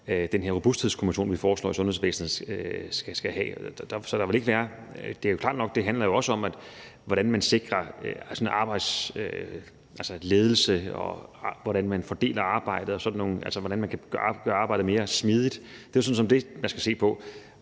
den her robusthedskommission, vi foreslår i sundhedsvæsenet, skal lave. Det er jo klart nok, at det også handler om, hvordan man sikrer ledelsen, og hvordan man fordeler arbejdet og sådan noget, altså hvordan man kan gøre arbejdet mere smidigt. Det er jo sådan set det, man skal se på,